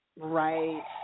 Right